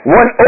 one